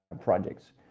projects